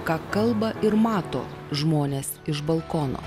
ką kalba ir mato žmones iš balkono